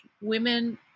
Women